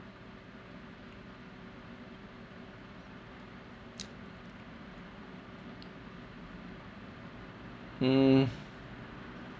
mm